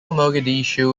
mogadishu